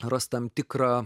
ras tam tikrą